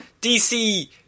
DC